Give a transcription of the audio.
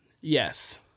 Yes